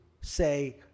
say